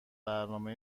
برنامه